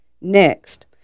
Next